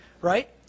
right